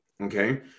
Okay